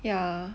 ya